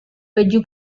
baju